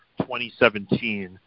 2017